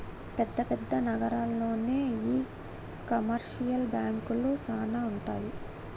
పెద్ద పెద్ద నగరాల్లోనే ఈ కమర్షియల్ బాంకులు సానా ఉంటాయి